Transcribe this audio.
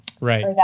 Right